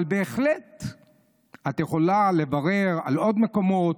אבל בהחלט את יכולה לברר על עוד מקומות.